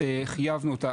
חייבנו,